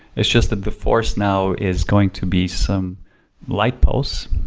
it's just that the force now is going to be some light pulse,